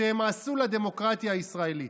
שהם עשו לדמוקרטיה הישראלית.